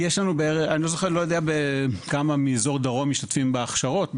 לא יודע כמה מאזור דרום משתתפים בהכשרות,